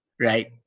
right